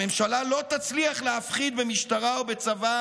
הממשלה לא תצליח להפחיד במשטרה או בצבא